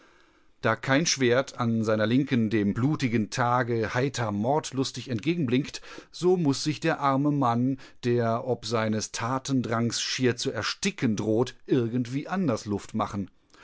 da kein schwert an seiner linken dem blutigen tage heiter mordlustig entgegenblinkt so muß sich der arme mann der ob seines tatendrangs schier zu ersticken droht irgendwie anders luft machen